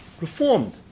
Reformed